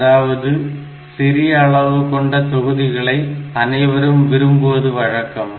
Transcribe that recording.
அதாவது சிறியஅளவு கொண்ட தொகுதிகளை அனைவரும் விரும்புவது வழக்கம்